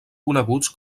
coneguts